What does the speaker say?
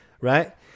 right